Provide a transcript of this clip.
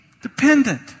dependent